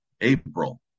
April